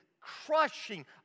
Crushing